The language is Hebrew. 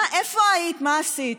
איפה היית, מה עשית?